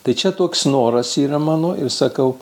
tai čia toks noras yra mano ir sakau